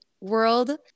world